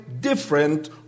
different